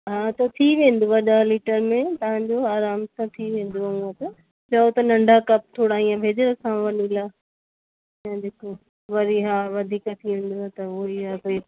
हा त थी वेंदव ॾह लीटर में तव्हांजो आराम सां थी वेंदो हूअं त चओ त नंढा कप थोड़ा ईंअ भेजे रखांव वनीला जेको वरी हा वधीक थी वेंदव त हूअ ई हा भई